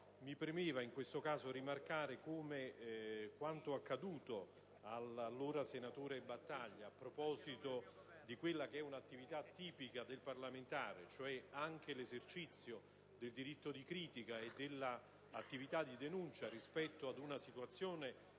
mi preme in questo caso rimarcare come quanto accaduto all'allora senatore Giovanni Battaglia, a proposito di quella che è un'attività tipica del parlamentare, cioè l'esercizio del diritto di critica e dell'attività di denuncia rispetto ad una situazione